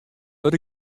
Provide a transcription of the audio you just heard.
dat